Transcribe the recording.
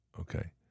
Okay